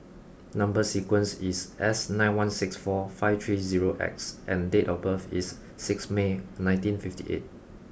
number sequence is S nine one six four five three zero X and date of birth is six May nineteen fifty eight